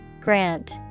Grant